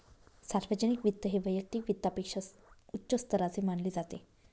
सार्वजनिक वित्त हे वैयक्तिक वित्तापेक्षा उच्च स्तराचे मानले जाते